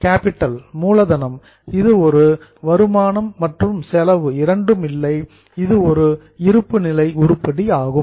capital மூலதனம் இது வருமானம் மற்றும் செலவு இரண்டும் இல்லை இது ஒரு இருப்பு நிலை உருப்படி ஆகும்